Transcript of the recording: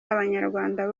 y’abanyarwanda